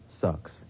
sucks